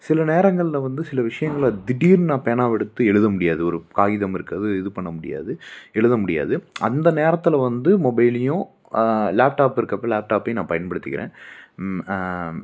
சில நேரங்களில் வந்து சில விஷயங்கள திடீர்னு நான் பேனாவை எடுத்து எழுத முடியாது ஒரு காகிதம் இருக்காது இது பண்ண முடியாது எழுத முடியாது அந்த நேரத்தில் வந்து மொபைலேயும் லேப்டாப் இருக்கறப்ப லேப்டாப்பையும் நான் பயன்படுத்திக்கிறேன்